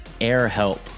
AirHelp